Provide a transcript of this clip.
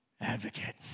Advocate